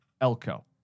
Elko